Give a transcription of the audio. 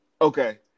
Okay